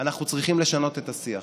אנחנו צריכים לשנות את השיח.